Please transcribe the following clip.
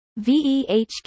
Vehq